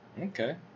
Okay